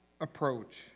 approach